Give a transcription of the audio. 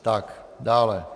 Tak, dále.